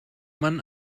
man